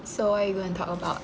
so what are we gonna talk about